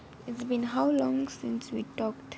it's been how long since we talked